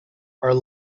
are